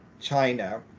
China